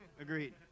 Agreed